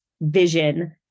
vision